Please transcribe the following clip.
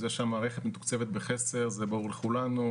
זה שהמערכת מתוקצבת בחסר זה ברור לכולנו,